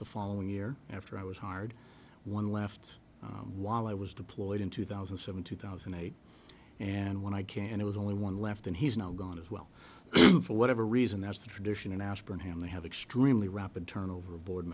the following year after i was hired one left while i was deployed in two thousand and seven two thousand and eight and when i can it was only one left and he's now gone as well for whatever reason that's the tradition ausborn him they have extremely rapid turnover board